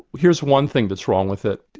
here's one thing that's wrong with it.